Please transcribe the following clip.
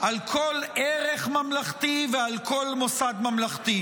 על כל ערך ממלכתי ועל כל מוסד ממלכתי,